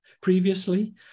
previously